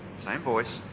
same voice.